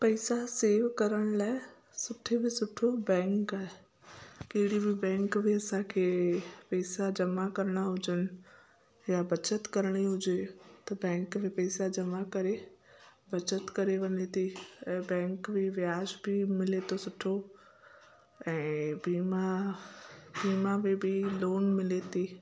पैसा सेव करण लाइ सुठे में सुठो बैंक आ कहिड़ी बि बैंक बि असांखे पैसा जमा करिणा हुजनि या बचत करिणी हुजे त बैंक में पैसा जमा करे बचत करी वञे थी ऐं बैंक बि वाजिबि मिले थो सुठो ऐं बीमा बीमा में बि लोन मिले थी